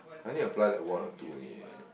I only apply like one or two only eh